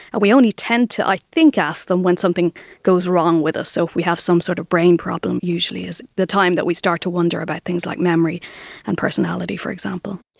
we only tend to i think ask them when something goes wrong with us, so if we have some sort of brain the problem usually is the time that we start to wonder about things like memory and personality, for example.